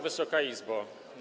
Wysoka Izbo!